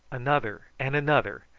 another and another,